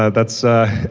ah that's a